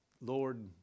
Lord